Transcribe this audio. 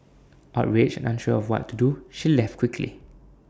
outraged and unsure of what to do she left quickly